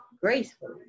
gracefully